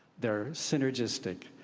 they're synergistic.